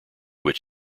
which